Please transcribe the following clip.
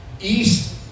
East